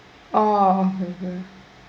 oh